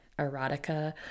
erotica